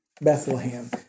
Bethlehem